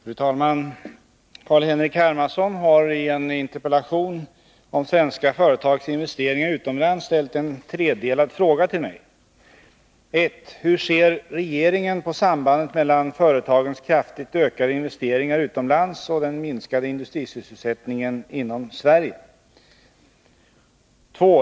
Fru talman! Carl-Henrik Hermansson har i en interpellation om svenska företags investeringar utomlands ställt en tredelad fråga till mig: 1. Hur ser regeringen på sambandet mellan företagens kraftigt ökade investeringar utomlands och den minskade industrisysselsättningen inom Sverige? 2.